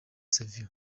savio